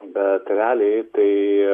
bet realiai tai